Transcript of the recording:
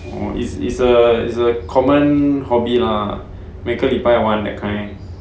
oh is is a is a common hobby lah 每个礼拜玩 that kind